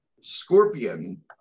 Scorpion